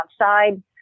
outside